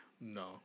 No